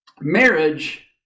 Marriage